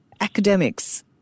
academics